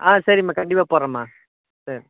ஆ சரிம்மா கண்டிப்பாக போடுறேன்ம்மா சேரி